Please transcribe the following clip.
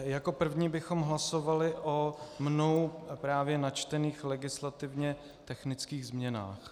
Jako první bychom hlasovali o mnou právě načtených legislativně technických změnách.